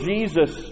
Jesus